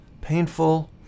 painful